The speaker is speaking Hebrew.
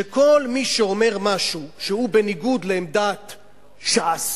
כל מי שאומר משהו שהוא בניגוד לעמדת ש"ס,